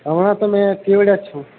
હમણાં તો મેં કેવડીયા જ છું